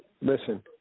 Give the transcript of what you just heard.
listen